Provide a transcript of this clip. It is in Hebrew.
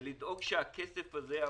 ולדאוג שהכסף הזה יעבור,